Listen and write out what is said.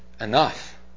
enough